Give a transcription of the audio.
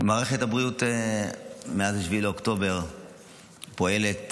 מערכת הבריאות מאז 7 באוקטובר באמת פועלת